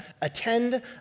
attend